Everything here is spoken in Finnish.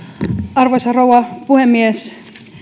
arvoisa rouva puhemies nyt tuntuu että